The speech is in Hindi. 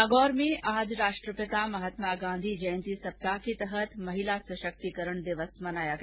नागौर में आज राष्ट्रपिता महात्मा गांधी जयंती सप्ताह के तहत आज महिला सशक्तिकरण दिवस मनाया गया